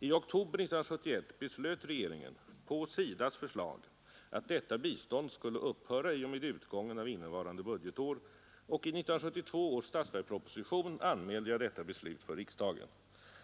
I oktober 1971 beslöt regeringen, på SIDA:s förslag, att detta bistånd skulle upphöra i och med utgången av innevarande budgetår, och i 1972 års statsverksproposition anmälde jag detta beslut för riksdagen.